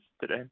today